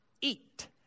eat